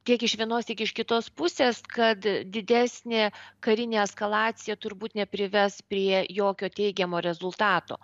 tiek iš vienos tiek iš kitos pusės kad didesnė karinė eskalacija turbūt neprives prie jokio teigiamo rezultato